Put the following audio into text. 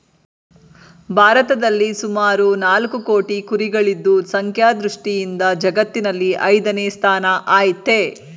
ಭಾರತದಲ್ಲಿ ಸುಮಾರು ನಾಲ್ಕು ಕೋಟಿ ಕುರಿಗಳಿದ್ದು ಸಂಖ್ಯಾ ದೃಷ್ಟಿಯಿಂದ ಜಗತ್ತಿನಲ್ಲಿ ಐದನೇ ಸ್ಥಾನ ಆಯ್ತೆ